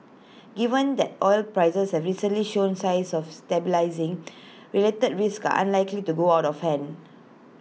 given that oil prices have recently showed signs of stabilising related risks are unlikely to go out of hand